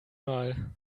mal